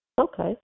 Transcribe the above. Okay